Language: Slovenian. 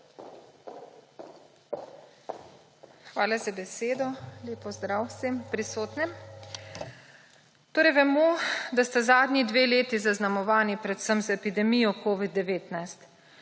Hvala za besedo. Lep pozdrav vsem prisotnim! Torej vemo, da sta zadnji dve leti zaznamovani predvsem z epidemijo covida-19.